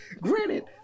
granted